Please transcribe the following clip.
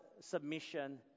submission